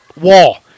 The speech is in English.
Wall